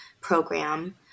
program